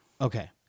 Okay